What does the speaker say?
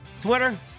Twitter